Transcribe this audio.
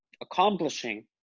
accomplishing